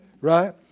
Right